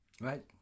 Right